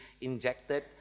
injected